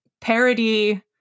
parody